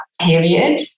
period